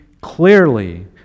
clearly